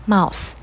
Mouse